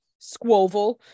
squoval